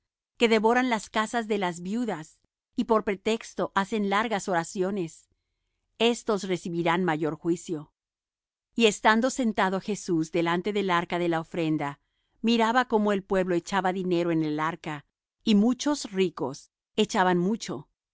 que devoran las casas de las viudas y por pretexto hacen largas oraciones estos recibirán mayor juicio y estando sentado jesús delante del arca de la ofrenda miraba cómo el pueblo echaba dinero en el arca y muchos ricos echaban mucho